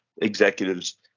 executives